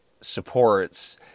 supports